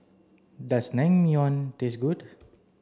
does Naengmyeon taste good